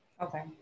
Okay